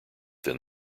than